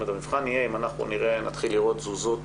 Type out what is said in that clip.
המבחן יהיה אם אנחנו נתחיל לראות תזוזות